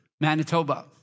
Manitoba